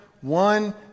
One